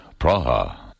Praha